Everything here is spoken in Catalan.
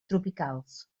tropicals